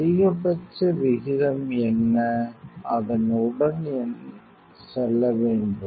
அதிகபட்ச விகிதம் என்ன அதன் உடன் செல்ல வேண்டும்